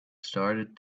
started